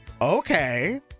Okay